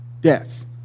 Death